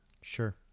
Sure